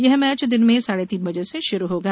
यह मैच दिन में साढे तीन बजे से शुरू होगा